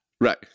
Right